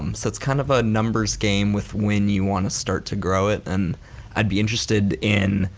um so it's kind of a numbers game with when you want to start to grow it. and i'd be interested in,